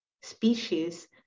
species